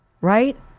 Right